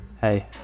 hey